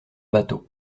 bateau